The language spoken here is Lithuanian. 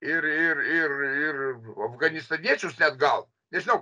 ir ir ir ir afganistaniečius net gal nežinau